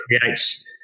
creates